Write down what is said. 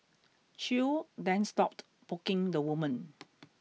Chew then stopped poking the woman